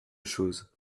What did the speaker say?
chose